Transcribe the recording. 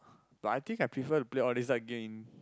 but I think I prefer to play all these type game